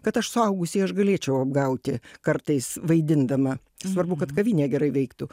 kad aš suaugusį aš galėčiau apgauti kartais vaidindama svarbu kad kavinė gerai veiktų